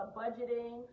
budgeting